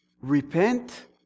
repent